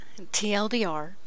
TLDR